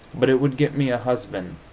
but it would get me a husband,